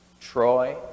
Troy